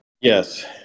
Yes